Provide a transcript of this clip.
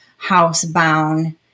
housebound